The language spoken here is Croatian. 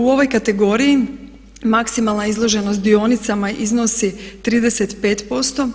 U ovoj kategoriji maksimalna izloženost dionicama iznosi 35%.